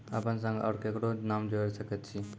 अपन संग आर ककरो नाम जोयर सकैत छी?